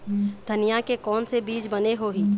धनिया के कोन से बीज बने होही?